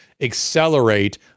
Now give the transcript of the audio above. accelerate